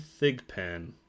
Thigpen